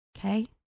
Okay